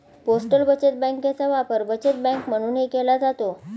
postal बचत बँकेचा वापर बचत बँक म्हणूनही केला जातो